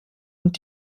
und